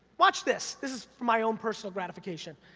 watch this, this is for my own personal gratification.